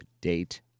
date